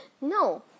No